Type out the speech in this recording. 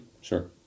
sure